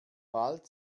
bald